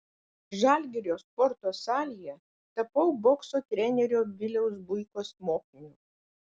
žalgirio sporto salėje tapau bokso trenerio viliaus buikos mokiniu